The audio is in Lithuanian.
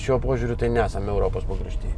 šiuo požiūriu tai nesame europos pakrašty